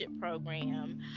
program